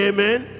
Amen